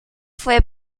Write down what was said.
fue